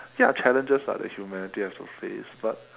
ya challenges lah that humanity has to face but